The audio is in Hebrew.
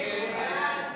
ההסתייגות של חבר הכנסת אלעזר